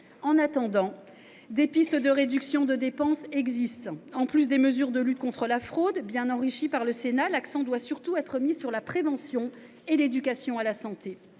En attendant, des pistes de réduction des dépenses existent. Outre les mesures de lutte contre la fraude, bien enrichies par le Sénat, l’accent doit surtout être mis sur la prévention et l’éducation à la santé.